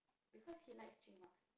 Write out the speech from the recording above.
because he likes Jing what